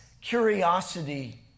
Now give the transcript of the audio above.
curiosity